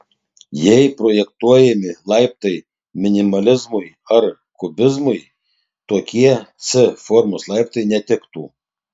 jei projektuojami laiptai minimalizmui ar kubizmui tokie c formos laiptai netiktų